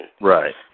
Right